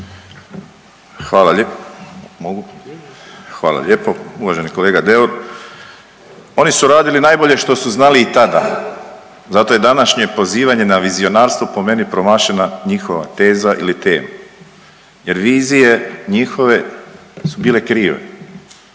Hvala, mogu, hvala lijepo. Uvaženi kolega Deur oni su radili najbolje što su znali i tada zato je današnje pozivanje na vizionarstvo po meni promašena njihova teza ili tema jer vizije njihove su bile krive